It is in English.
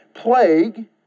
Plague